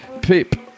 Pip